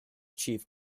chief